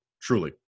truly